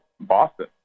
Boston